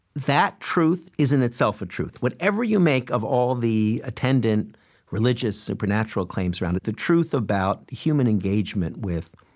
that truth is in itself a truth. whatever you make of all the attendant religious, supernatural claims around it, the truth about human engagement with,